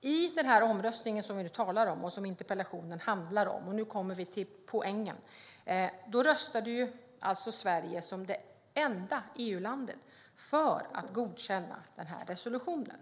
kommer vi till poängen: I den omröstning som vi nu talar om och som interpellationen handlar om röstade alltså Sverige som enda EU-land för att godkänna den här resolutionen.